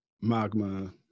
magma